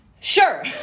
Sure